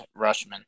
Rushman